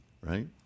right